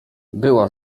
była